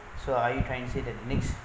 so are you trying to say that next